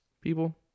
People